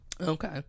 Okay